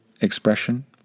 expression